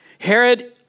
Herod